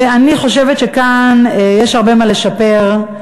אני חושבת שכאן יש הרבה מה לשפר.